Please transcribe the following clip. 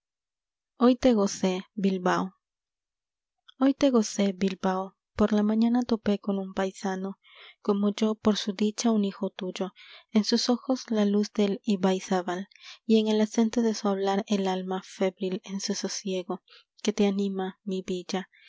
dios i lo y te gocé bilbao por la mañana a topé con un paisano como yo por su dicha un hijo tuyo en sus ojos la luz del ibaizabal y en el acento de su hablar el alma febril en su sosiego que te anima mi villa